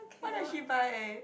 what does she buy